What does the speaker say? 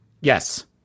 Yes